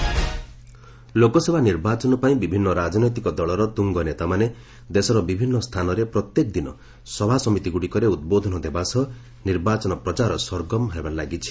election campaign Lok Sabha ନିର୍ବାଚନ ପାଇଁ ବିଭିନ୍ନ ରାଜନୈତିକ ଦଳର ତୁଙ୍ଗ ନେତାମାନେ ଦେଶର ବିଭିନ୍ନ ସ୍ଥାନରେ ପ୍ରତ୍ୟେକ ଦିନ ସଭାସମିତିଗୁଡ଼ିକରେ ଉଦ୍ବୋଧନ ଦେବା ସହ ନିର୍ବାଚନ ପ୍ରଚାର ସରଗରମ ହେବାରେ ଲାଗିଛି